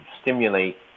stimulate